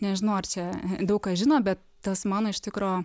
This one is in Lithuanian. nežinau ar čia daug kas žino bet tas mano iš tikro